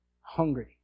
hungry